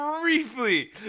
briefly